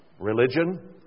religion